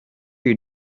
you